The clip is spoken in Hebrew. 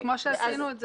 כמו שעשינו,